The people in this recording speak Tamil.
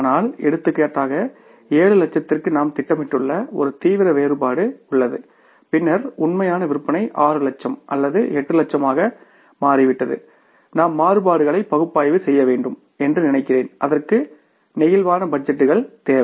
ஆனால் எடுத்துக்காட்டாக 7 லட்சத்திற்கு நாம் திட்டமிட்டுள்ள ஒரு தீவிர வேறுபாடு உள்ளது பின்னர் உண்மையான விற்பனை 6 லட்சம் அல்லது 8 லட்சமாக மாறிவிட்டது நாம் மாறுபாடுகளை பகுப்பாய்வு செய்ய வேண்டும் என்று நினைக்கிறேன் அதற்கு பிளேக்சிபிள் பட்ஜெட்டுகள் தேவை